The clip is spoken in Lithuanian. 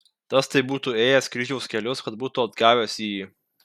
tas tai būtų ėjęs kryžiaus kelius kad būtų atgavęs jįjį